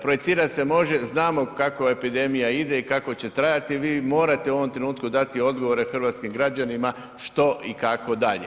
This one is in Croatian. Projicirati se može, znamo kako epidemija ide i kako će trajati, vi morate u ovom trenutku dati odgovore hrvatskim građanima što i kako dalje.